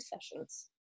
sessions